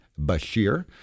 Bashir